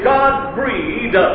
God-breed